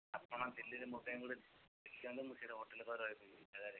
ଆପଣ ଦିଲ୍ଲୀରେ ମୋ ପାଇଁ ଗୋଟେ ମୁଁ ସେଠି ହୋଟେଲ୍ କରି ରହିବି ସେ ଜାଗାରେ